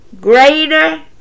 greater